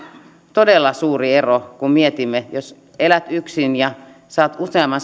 todella suuri ero kun mietimme että elät yksin ja saat useamman